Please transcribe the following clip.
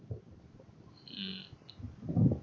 mm